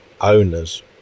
owners